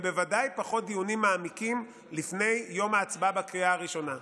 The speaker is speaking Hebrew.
ובוודאי פחות דיונים מעמיקים לפני יום ההצבעה בקריאה הראשונה.